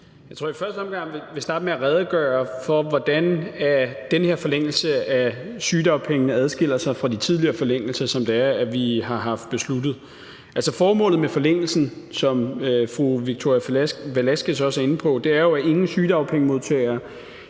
Jeg tror, at jeg i første omgang vil starte med at redegøre for, hvordan den her forlængelse af sygedagpengene adskiller sig fra de tidligere forlængelser, som vi har besluttet. Altså, formålet med forlængelsen, som fru Victoria Velasquez også er inde på, er jo, at ingen sygedagpengemodtagere